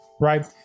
right